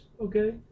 okay